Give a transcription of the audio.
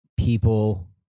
People